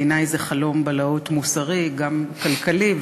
בעיני זה חלום בלהות מוסרי וגם כלכלי,